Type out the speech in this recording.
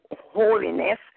holiness